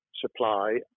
supply